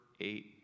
eight